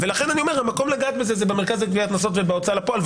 לכן אני אומר שהמקום לגעת בזה הוא במרכז לגביית קנסות ובהוצאה לפועל,